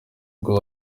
ubwo